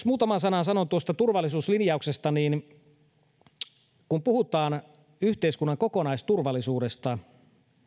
muutaman sanan sanon tuosta turvallisuuslinjauksesta kun puhutaan yhteiskunnan kokonaisturvallisuudesta